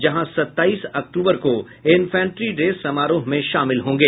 जहां सत्ताईस अक्टूबर को इन्फैंट्री डे समारोह में शामिल होंगे